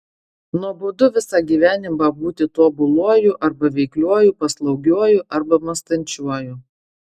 nuobodu visą gyvenimą būti tobuluoju arba veikliuoju paslaugiuoju arba mąstančiuoju